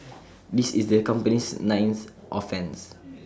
this is the company's ninth offence